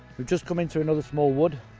we've just come into another small wood.